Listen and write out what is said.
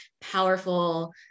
powerful